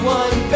one